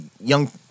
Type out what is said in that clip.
young